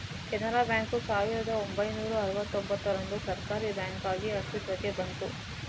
Canara bank ಸಾವಿರದ ಒಂಬೈನೂರ ಅರುವತ್ತೂಂಭತ್ತರಂದು ಸರ್ಕಾರೀ ಬ್ಯಾಂಕಾಗಿ ಅಸ್ತಿತ್ವಕ್ಕೆ ಬಂತು